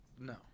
No